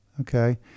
Okay